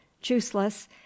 juiceless